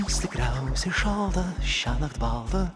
bus tikriausiai šalta šiąnakt balta